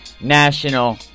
national